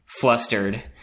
flustered